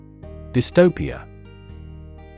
Dystopia